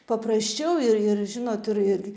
paprasčiau ir ir žinot ir ir